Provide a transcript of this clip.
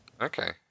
Okay